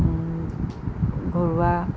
ঘৰুৱা